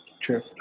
True